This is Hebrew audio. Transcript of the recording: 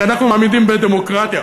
כי אנחנו מאמינים בדמוקרטיה